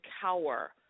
cower